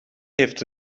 heeft